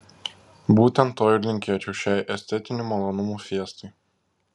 būtent to ir linkėčiau šiai estetinių malonumų fiestai